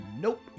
Nope